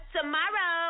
Tomorrow